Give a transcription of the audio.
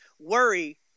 worry